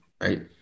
Right